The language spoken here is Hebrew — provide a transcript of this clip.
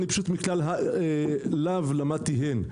אני מכלל לאו למדתי הן.